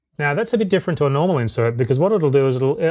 now that's a bit different to a normal insert because what it'll do is it'll,